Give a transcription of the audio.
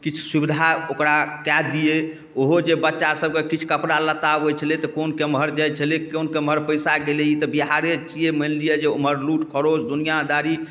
किछु सुविधा ओकरा कऽ दिए ओहो जे बच्चासबके किछु कपड़ालत्ता अबै छलै तऽ कोन केम्हर जाइ छलै कोन केम्हर पइसा गेलै ई तऽ बिहारे छिए मानि लिअऽ जे ओम्हर लूट खड़ोस दुनिआँदारी